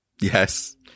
Yes